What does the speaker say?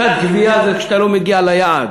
תת-גבייה זה כשאתה לא מגיע ליעד